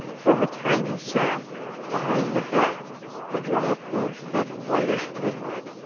from a tiny sac behind the head a drop of thick whitish liquid,